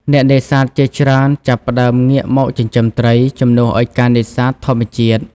អ្នកនេសាទជាច្រើនចាប់ផ្តើមងាកមក ចិញ្ចឹមត្រី ជំនួសឱ្យការនេសាទធម្មជាតិ។